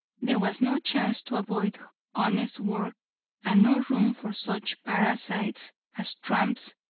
there was no chance to avoid honest work and no room for such parasites as tramps,